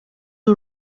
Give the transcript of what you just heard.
ubu